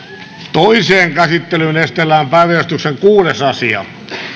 toiseen käsittelyyn esitellään päiväjärjestyksen kuudes asia